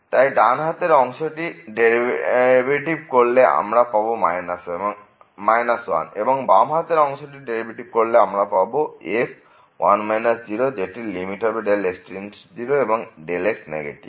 তাই ডান হাতের অংশটি ডেরিভেটিভ করলে আমরা পাব 1 এবং বাম হাতের অংশটি ডেরিভেটিভ করলে আমরা পাব f যেখানে লিমিট হবে x→0 এবং x নেগেটিভ